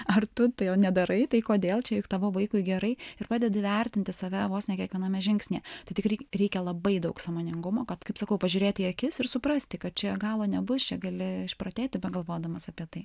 ar tu tai jau nedarai tai kodėl čia juk tavo vaikui gerai ir pradedi vertinti save vos ne kiekviename žingsnyje tai tikrai reikia labai daug sąmoningumo kad kaip sakau pažiūrėti į akis ir suprasti kad čia galo nebus čia galėjo išprotėti begalvodamas apie tai